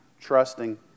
trusting